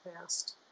past